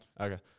Okay